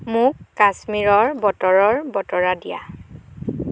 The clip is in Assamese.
মোক কাশ্মীৰৰ বতৰৰ বতৰা দিয়া